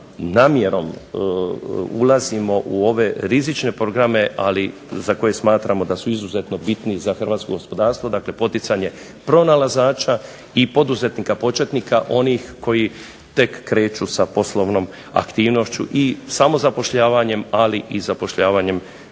namjerom ulazimo u ove rizične programe, ali za koje smatramo da su izuzetno bitni za hrvatsko gospodarstvo. Dakle, poticanje pronalazača i poduzetnika početnika, onih koji tek kreću sa poslovnom aktivnošću i samozapošljavanjem ali i zapošljavanjem